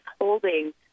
holding